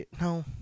No